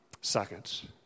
Seconds